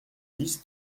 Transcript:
dix